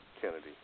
Kennedy